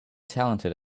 talented